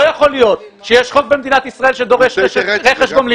לא יכול להיות שיש חוק במדינת ישראל שדורש רכש גומלין,